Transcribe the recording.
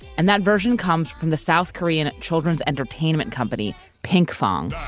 and that version comes from the south korean children's entertainment company, pinkfong.